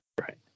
Right